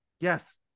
yes